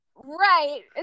Right